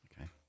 Okay